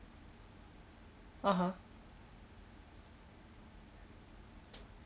(uh huh)